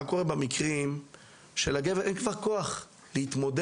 מה קורה במקרים שלגבר אין כבר כוח להתמודד?